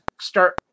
start